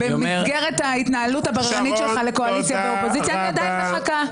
במסגרת ההתנהלות הבררנית שלך לקואליציה ואופוזיציה אני עדיין מחכה.